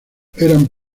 eran